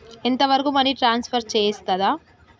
ఎంత వరకు money transfer చేయస్తది?